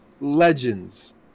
Legends